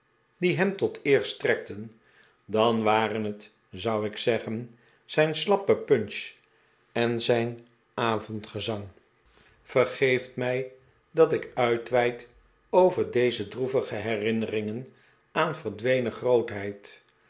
die hem tot eer strekten dan waren het zou ik zeggen zijn slajppe punch en zijn avondgezang vergeeft mij dat ik uitweid over deze droevige herinneringen aan verdwenen grootheid